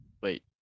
Wait